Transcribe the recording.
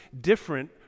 different